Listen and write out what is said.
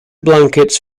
blankets